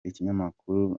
ikinyamakuru